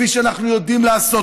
כפי שאנחנו יודעים לעשות,